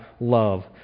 love